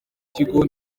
kigo